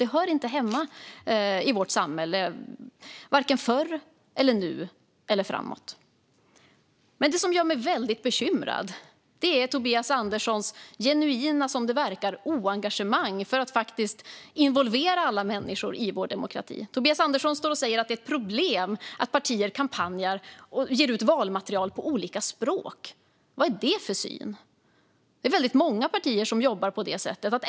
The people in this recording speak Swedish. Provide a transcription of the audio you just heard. Det hör inte hemma i vårt samhälle vare sig förr, nu eller framåt. Det som gör mig väldigt bekymrad är Tobias Anderssons genuina, som det verkar, oengagemang för att involvera alla människor i vår demokrati. Tobias Andersson står och säger att det är ett problem att partier kampanjar och ger ut valmaterial på olika språk. Vad är det för syn? Det är väldigt många partier som jobbar på det sättet.